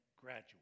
graduate